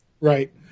Right